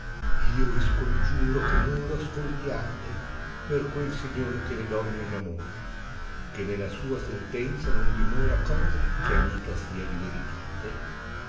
io i scongiuro che non lo ascoltiate per quel signor che le donne innamora che nella sua sentenza non dimora cosa che amica sia di ventate se